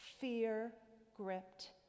fear-gripped